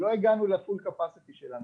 לא הגענו למיצוי המלא שלנו.